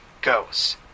goes